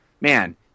man